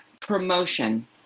promotion